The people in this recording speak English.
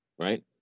right